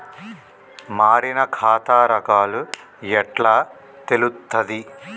మారిన ఖాతా రకాలు ఎట్లా తెలుత్తది?